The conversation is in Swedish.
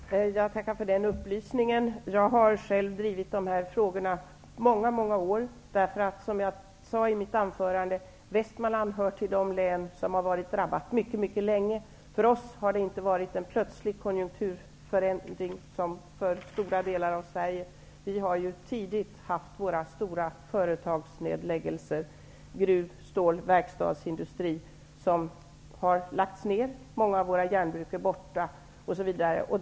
Herr talman! Jag tackar för den upplysningen. Jag har själv drivit dessa frågor under många år. Som jag sade i mitt anförande hör nämligen Västmanland till de län som mycket länge har varit drabbade. För oss har det inte varit fråga om en plötslig konjunkturförändring, så som har varit fallit i stora delar av Sverige. Vi har tidigt haft stora företagsnedläggningar. Gruv-, stål och verkstadsindustri har lagts ner. Många av våra järnbruk är också borta.